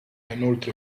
inoltre